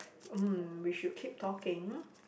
mm we should keep talking